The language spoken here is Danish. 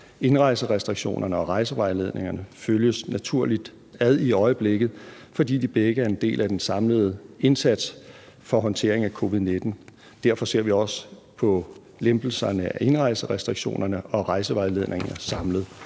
Indrejserestriktionerne og rejsevejledningerne følges naturligt ad i øjeblikket, fordi de begge er en del af den samlede indsats for håndteringen af covid-19. Derfor ser vi også på lempelser af indrejserestriktioner og rejsevejledninger samlet.